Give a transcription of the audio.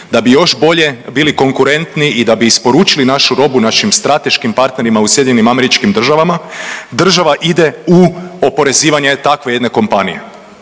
da bi još bolje bili konkurentni i da bi isporučili našu robu našim strateškim partnerima u Sjedinjenim Američkim Državama, država ide u oporezivanje takve jedne kompanije.